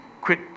quit